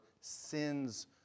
sins